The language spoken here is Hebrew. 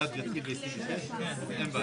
אני מקווה